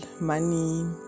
money